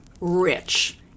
rich